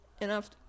enough